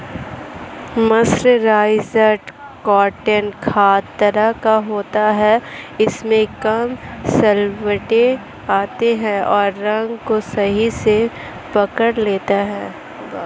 mercerised cotton खास तरह का होता है इसमें कम सलवटें आती हैं और रंग को सही से पकड़ लेता है